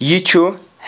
یہِ چھُ